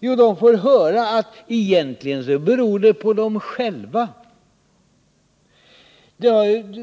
Jo, de får höra att egentligen beror deras arbetslöshet på dem själva.